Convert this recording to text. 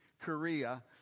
Korea